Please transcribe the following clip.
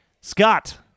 Scott